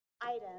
item